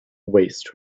waste